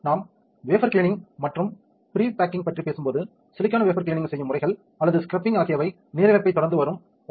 நாம் wafer cleaning மற்றும் pre baking பற்றி பேசும் போது சிலிக்கான் வேபர் கிளீனிங் செய்யும் முறைகள் அல்லது ஸ்க்ரப்பிங் ஆகியவை நீரிழப்பை தொடர்ந்து வரும் 1